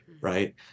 right